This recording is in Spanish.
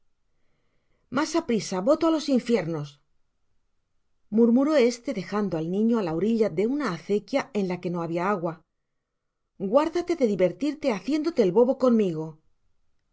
mas aprisa voto á los infiernos murmuró este dejando el niño á la orilla de una acequia en la que no habia agua guárdate de divertirle haciéndote el bobo conmigo